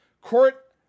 Court